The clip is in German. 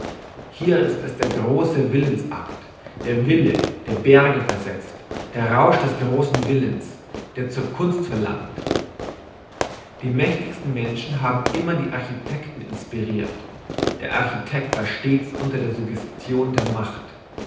hier ist es der grosse willensakt der wille der berge versetzt der rausch des grossen willens der zur kunst verlangt die mächtigsten menschen haben immer die architekten inspirirt der architekt war stets unter der suggestion der macht